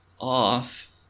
off